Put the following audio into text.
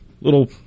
little